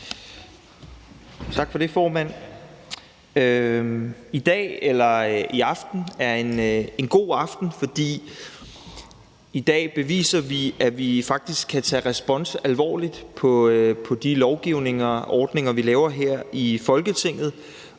Tak for det, formand. I dag er en god dag, for i dag beviser vi, at vi faktisk kan tage den respons, som vi får på den lovgivning og de ordninger, vi laver her fra Folketingets